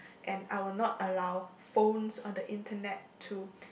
and I will not allow phones or the internet to